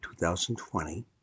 2020